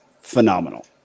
phenomenal